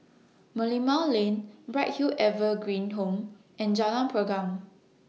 Merlimau Lane Bright Hill Evergreen Home and Jalan Pergam